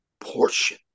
portion